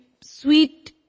sweet